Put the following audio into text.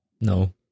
No